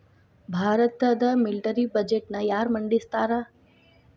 ಭಾರತದ ಮಿಲಿಟರಿ ಬಜೆಟ್ನ ಯಾರ ಮಂಡಿಸ್ತಾರಾ